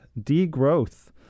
degrowth